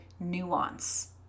nuance